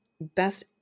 best